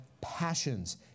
passions